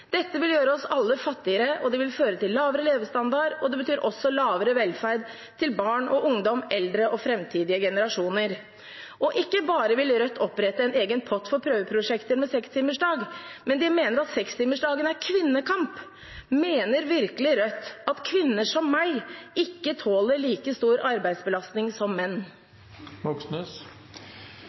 Dette ville gjøre oss alle fattigere, og det ville føre til lavere levestandard. Det betyr også lavere velferd til barn og ungdom, eldre og fremtidige generasjoner. Ikke bare vil Rødt opprette en egen pott for prøveprosjektet med sekstimersdag, de mener også at sekstimersdagen er kvinnekamp. Mener virkelig Rødt at kvinner som meg ikke tåler like stor arbeidsbelastning som menn?